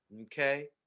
okay